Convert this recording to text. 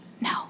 No